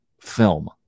film